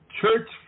church